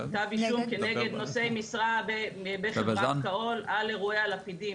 כתב אישום כנגד נושאי משרה בחברת כאו"ל על אירועי הלפידים,